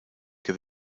que